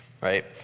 right